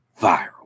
viral